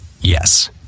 yes